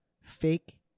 fake